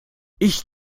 ich